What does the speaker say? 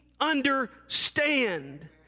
understand